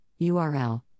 URL